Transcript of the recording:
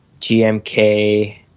GMK